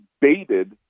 baited